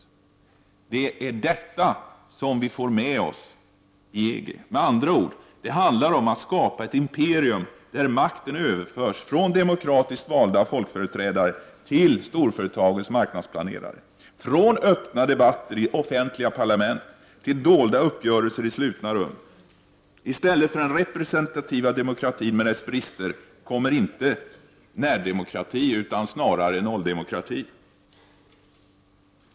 Det är detta som vi får med oss i EG. Med andra ord: Det handlar om att skapa ett imperium där makten överförs från demokratiskt valda folkföreträdare till storföretagens marknadsplanerare, från öppna debatter i offentliga parlament till dolda uppgörelser i slutna rum. I stället för den representativa demokratin med dess brister kommer inte närdemokrati utan snarare nolldemokrati.